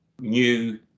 new